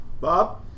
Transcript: Bob